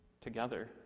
together